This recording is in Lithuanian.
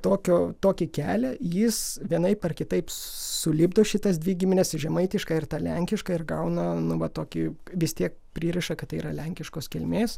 tokio tokį kelią jis vienaip ar kitaip sulipdo šitas dvi gimines žemaitišką ir tą lenkišką ir gauna na va tokį vis tiek pririša kad tai yra lenkiškos kilmės